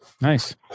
nice